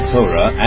Torah